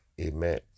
Amen